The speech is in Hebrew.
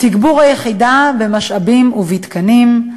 תגבור היחידה במשאבים ובתקנים.